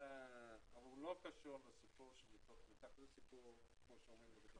אבל זה לא קשור לסיפור הזה, זה סיפור אחר.